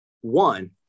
one